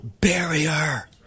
barrier